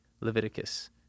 Leviticus